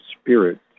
spirit